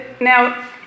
Now